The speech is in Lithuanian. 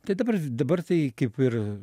tai dabar dabar tai kaip ir